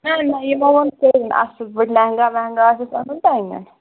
نہَ نہَ یِمو ووٚن کَرِنۍ اَصٕل پٲٹھۍ لَہنٛگا وَہنٛگا آسٮ۪س آنُن تہٕ اَنِنۍ